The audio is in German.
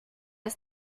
ist